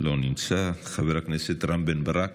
לא נמצא, חבר הכנסת רם בן ברק,